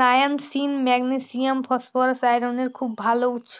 niacin, magnesium, phosphorus, আয়রনের খুব ভাল উৎস